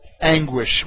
anguish